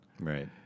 Right